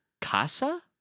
Casa